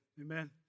Amen